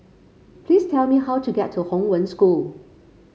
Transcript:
please tell me how to get to Hong Wen School